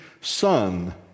son